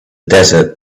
desert